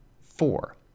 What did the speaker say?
Four